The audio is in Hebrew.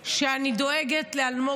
אני לא יכולה להתעלם מזה שאני דואגת לאלמוג